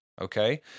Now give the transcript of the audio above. Okay